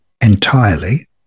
entirely